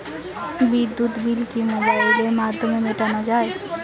বিদ্যুৎ বিল কি মোবাইলের মাধ্যমে মেটানো য়ায়?